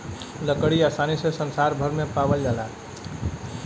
लकड़ी आसानी से संसार भर में पावाल जाला